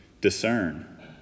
discern